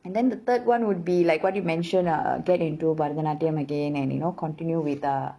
and then the third [one] would be like what you mentioned ah get into பரதநாட்டியம்:bharathanaatiyam again and you know continue with uh